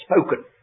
spoken